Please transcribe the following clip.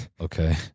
Okay